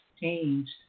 changed